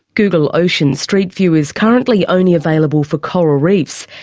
google ocean street view is currently only available for coral reefs.